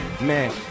man